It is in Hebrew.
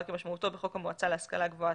כמשמעותו בחוק המועצה להשכלה גבוהה,